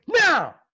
now